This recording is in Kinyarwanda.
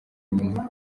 nyina